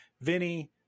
Vinny